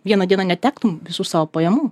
vieną dieną netektum visų savo pajamų